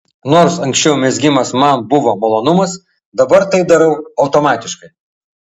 nors anksčiau mezgimas man buvo malonumas dabar tai darau automatiškai